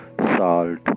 salt